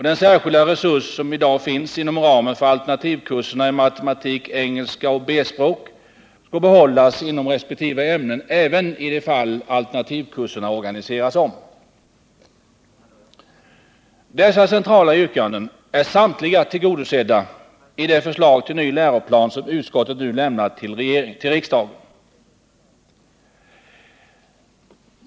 Den särskilda resurs som i dag finns inom ramen för alternativkurserna i matematik, engelska och B-språk skall behållas inom resp. ämnen, även i fall där alternativkurserna organiseras om. Dessa centrala yrkanden är samtliga tillgodosedda i det förslag till ny läroplan som utskottet nu tillstyrkt.